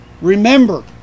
remember